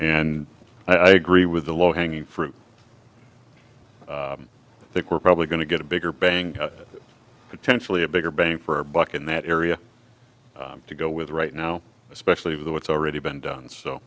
and i agree with the low hanging fruit think we're probably going to get a bigger bang potentially a bigger bang for our buck in that area to go with right now especially with what's already been done so